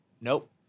Nope